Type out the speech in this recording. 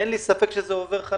אין לי ספק שזה עובר חלק.